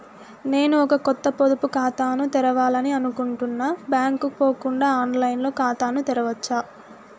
నేను ఒక కొత్త పొదుపు ఖాతాను తెరవాలని అనుకుంటున్నా బ్యాంక్ కు పోకుండా ఆన్ లైన్ లో ఖాతాను తెరవవచ్చా?